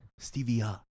Stevia